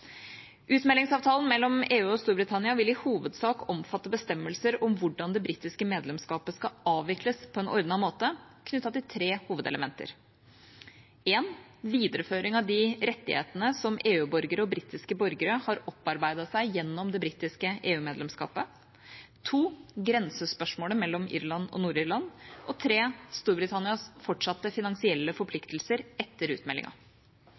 Utmeldingsavtalen mellom EU og Storbritannia vil i hovedsak omfatte bestemmelser om hvordan det britiske medlemskapet skal avvikles på en ordnet måte knyttet til tre hovedelementer: videreføring av de rettighetene som EU-borgere og britiske borgere har opparbeidet seg gjennom det britiske EU-medlemskapet grensespørsmålet mellom Irland og Nord-Irland Storbritannias fortsatte finansielle forpliktelser etter utmeldinga